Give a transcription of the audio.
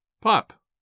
Pop